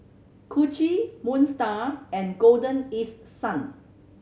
Gucci Moon Star and Golden East Sun